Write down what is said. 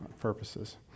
purposes